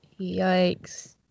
Yikes